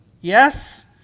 Yes